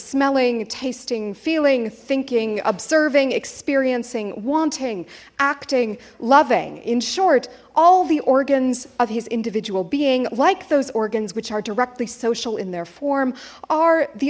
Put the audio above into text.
smelling tasting feeling thinking observing experiencing wanting acting loving in short all the organs of his individual being like those organs which are directly social in their form are the